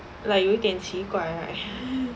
like 一有点奇怪 right